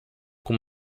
com